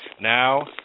Now